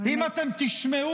אם אתם תשמעו,